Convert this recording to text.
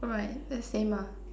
alright that's same ah